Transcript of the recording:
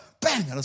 bang